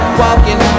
walking